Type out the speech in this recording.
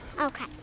Okay